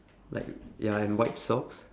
like ya and white socks